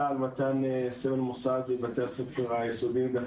הכיתה מקבלת תוספות נוספות, כמו סל טיפוח, סל